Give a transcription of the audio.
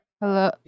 Hello